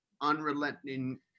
unrelenting